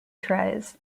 tries